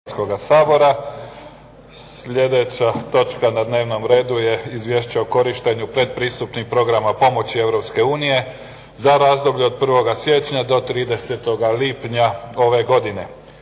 Sljedeća točka na dnevnom redu je - Izvješće o korištenju pretpristupnih programa pomoći Europske unije za razdoblje od 1. siječnja do 30. lipnja 2009. godine